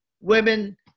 women